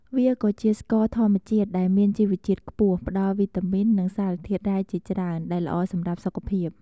វាក៏ជាស្ករធម្មជាតិដែលមានជីវជាតិខ្ពស់ ផ្តល់វីតាមីន និងសារធាតុរ៉ែជាច្រើន ដែលល្អសម្រាប់សុខភាព។